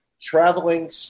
traveling